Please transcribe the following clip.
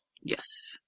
Yes